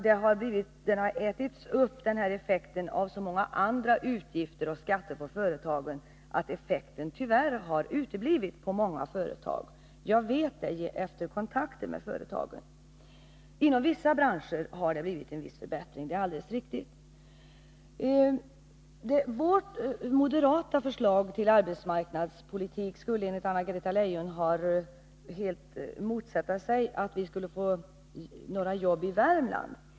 Det har samtidigt blivit så många utgifter och skatter på företagen att effekten av devalveringen har ätits upp i många företag. Det vet jag efter kontakter med företagen. Inom vissa branscher har det blivit en viss förbättring — det är alldeles riktigt. Moderaternas förslag till arbetsmarknadspolitik skulle enligt Anna-Greta Leijon innebära att vi inte skulle få några jobb i Värmland.